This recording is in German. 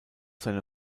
seine